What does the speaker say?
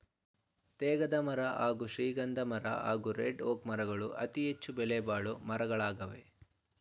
ತೇಗದಮರ ಹಾಗೂ ಶ್ರೀಗಂಧಮರ ಹಾಗೂ ರೆಡ್ಒಕ್ ಮರಗಳು ಅತಿಹೆಚ್ಚು ಬೆಲೆಬಾಳೊ ಮರಗಳಾಗವೆ